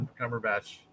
Cumberbatch